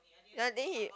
ya then he